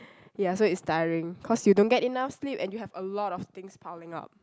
ya so it's tiring cause you don't get enough sleep and you have a lot things piling up